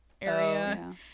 area